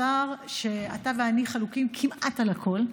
השר, שאתה ואני חלוקים כמעט על הכול.